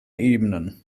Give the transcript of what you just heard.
ebenen